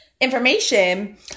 information